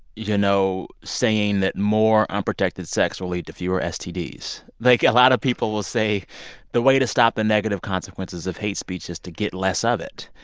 you know, saying that more unprotected sex will lead to fewer stds. like, a lot of people will say the way to stop the negative consequences of hate speech is to get less of it.